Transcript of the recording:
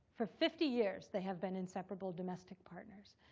for fifty years they have been inseparable domestic partners.